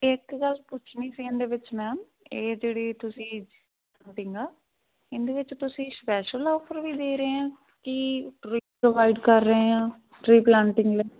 ਇੱਕ ਗੱਲ ਪੁੱਛਣੀ ਸੀ ਇਹਦੇ ਵਿੱਚ ਮੈਮ ਇਹ ਜਿਹੜੀ ਤੁਸੀਂ ਪਲਾਟਿੰਗ ਆ ਇਹਦੇ ਵਿੱਚ ਤੁਸੀਂ ਸਪੈਸ਼ਲ ਓਫਰ ਵੀ ਦੇ ਰਹੇ ਹਾਂ ਕਿ ਟ੍ਰੀ ਪ੍ਰੋਵਾਈ ਡ ਕਰ ਰਹੇ ਹਾਂ ਟ੍ਰੀ ਪਲਾਂਟਿੰਗ ਲਈ